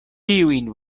tiujn